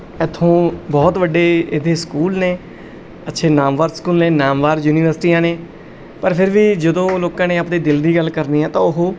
ਇੱਥੋਂ ਬਹੁਤ ਵੱਡੇ ਇਹਦੇ ਸਕੂਲ ਨੇ ਅੱਛੇ ਨਾਮਵਰ ਸਕੂਲ ਨੇ ਨਾਮਵਾਰ ਯੂਨੀਵਰਸਿਟੀਆਂ ਨੇ ਪਰ ਫਿਰ ਵੀ ਜਦੋਂ ਲੋਕਾਂ ਨੇ ਆਪਣੇ ਦਿਲ ਦੀ ਗੱਲ ਕਰਨੀ ਹੈ ਤਾਂ ਉਹ